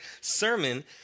sermon